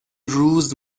روز